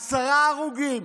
עשרה הרוגים,